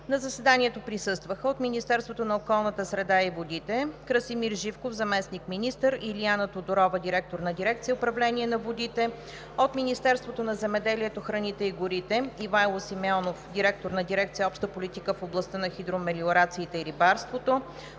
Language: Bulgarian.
На заседанието присъстваха: от Министерството на околната среда и водите: Красимир Живков – заместник-министър, Илияна Тодорова – директор на дирекция „Управление на водите“; от Министерството на земеделието, храните и горите: Ивайло Симеонов – директор на дирекция „Обща политика в областта на хидромелиорациите и рибарството“;